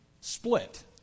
split